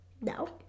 No